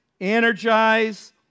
energize